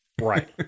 Right